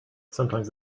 sometimes